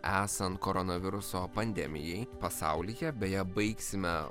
esant koronaviruso pandemijai pasaulyje beje baigsime